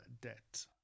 debt